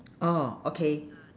orh okay